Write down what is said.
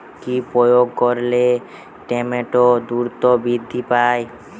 কি প্রয়োগ করলে টমেটো দ্রুত বৃদ্ধি পায়?